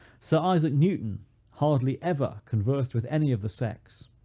sir isaac newton hardly ever conversed with any of the sex.